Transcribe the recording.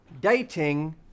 Dating